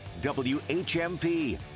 WHMP